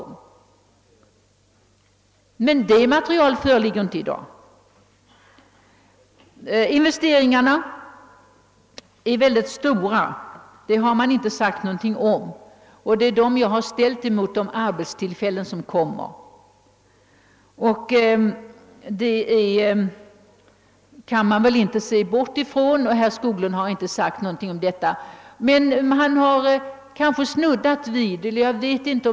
Men något material, som ger stöd för en sådan uppfattning, föreligger inte i dag. Att investeringarna är väldigt stora, har man inte sagt någonting om. Det är emellertid investeringarnas storlek som jag vägt mot de arbetstillfällen, som skulle skapas. Man kan inte bortse från detta. Herr Skoglund har inte sagt någonting härom, men han har snuddat vid frågan om skatteinkomsterna.